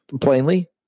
plainly